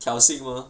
挑衅